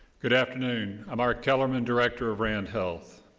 good afternoon. i'm art kellermann, director of rand health.